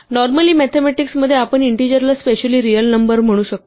normally mathematics मध्ये आपण integer ला स्पेशली रिअल नंबर म्हणू शकतो